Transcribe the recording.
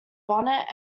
bonnet